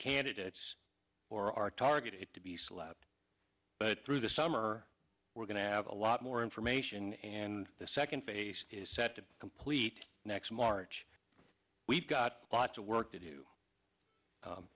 candidates or our target it to be slabbed but through the summer we're going to have a lot more information and the second phase is set to complete next march we've got lots of work to do